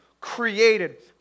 created